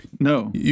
No